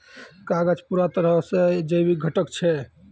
कागज पूरा तरहो से जैविक घटक छै